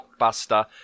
blockbuster